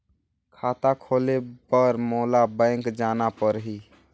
खाता खोले बर मोला बैंक जाना परही?